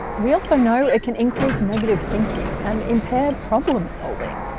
we also know it can increase negative thinking and impair problem solving.